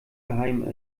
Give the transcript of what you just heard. geheim